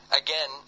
again